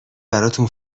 براتون